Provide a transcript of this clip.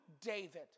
David